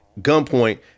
gunpoint